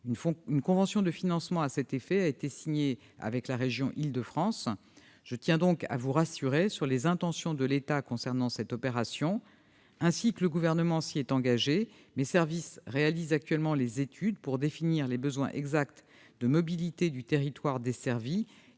Une convention de financement à cet effet a été signée avec la région Île-de-France. Je tiens donc à vous rassurer sur les intentions de l'État concernant cette opération. Ainsi que le Gouvernement s'y est engagé, mes services réalisent actuellement les études pour définir les besoins exacts de mobilité du territoire desservi